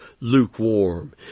lukewarm